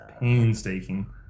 painstaking